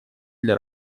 для